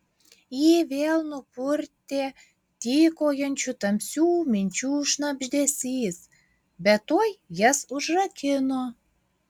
jį vėl nupurtė tykojančių tamsių minčių šnabždesys bet tuoj jas užrakino